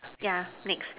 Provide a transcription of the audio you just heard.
yeah next